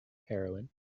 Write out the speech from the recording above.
heroine